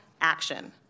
action